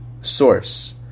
source